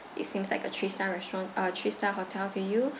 it seems like a three star restaurant uh three star hotel to you